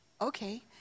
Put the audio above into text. okay